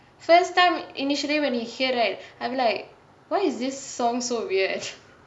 first time initially when you hear right I'm like why is this song so weird